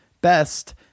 Best